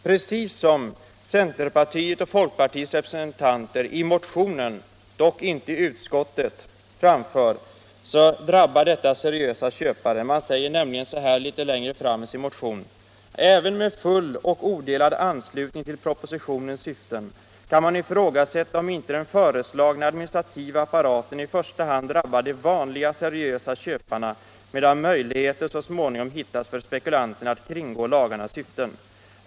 Precis som centerpartiets och folkpartiets representanter framför i motionen — dock inte i utskottet — drabbar detta förfarande seriösa köpare. Man säger nämligen litet längre fram i sin motion: ”Även med full och odelad anslutning till propositionens syften kan man ifrågasätta om inte den föreslagna administrativa apparaten i första hand drabbar de vanliga, seriösa köparna, medan möjligheter så småningom hittas för spekulanterna att kringgå lagarnas syften.